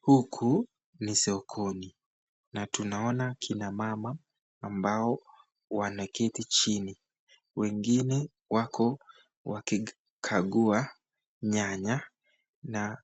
Huku ni sokoni na tunaona kina mama ambao wanaketi chini wengine wako wakikagua nyanya na